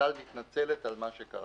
אל על מתנצלת על מה שקרה,